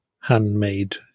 handmade